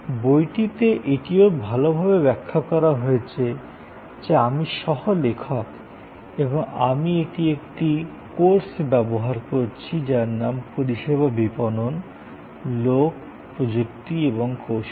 বইটিতে এটিও ভালভাবে ব্যাখ্যা করা হয়েছে যে আমি সহ লেখক এবং আমি এটি একটি কোর্সে ব্যবহার করছি যার নাম পরিষেবা বিপণন লোক প্রযুক্তি এবং কৌশল